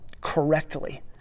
correctly